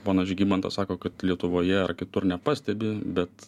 ponas žygimantas sako kad lietuvoje ar kitur nepastebi bet